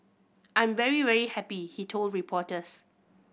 I'm very very happy he told reporters